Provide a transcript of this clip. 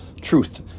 Truth